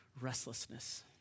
restlessness